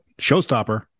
showstopper